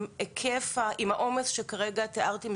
עם היקף העומס שכרגע תיארתי,